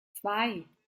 zwei